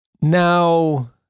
Now